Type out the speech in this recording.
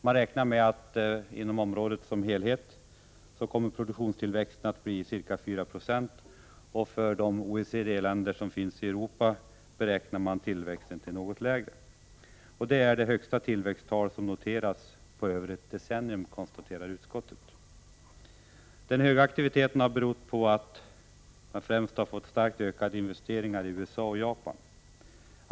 Man räknar med att inom området som helhet kommer produktionstillväxten att bli ca 4 96. För OECD-länderna i Europa beräknar man att tillväxten blir något lägre. Det är det högsta tillväxttal som noterats på ett decennium, konstaterar utskottet. Den höga aktiviteten har främst berott på starkt ökade investeringar i USA och Japan.